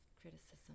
criticism